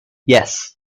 yes